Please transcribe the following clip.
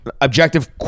objective